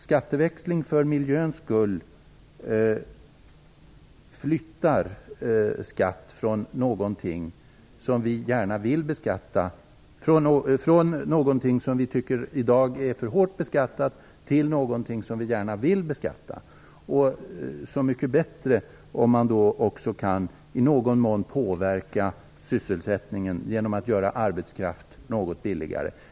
Skatteväxling för miljöns skull flyttar skatt från någonting som vi i dag tycker är för hårt beskattat till någonting som vi gärna vill beskatta. Så mycket bättre om man då också i någon mån kan påverka sysselsättningen genom att göra arbetskraft något billigare.